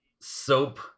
soap